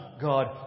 God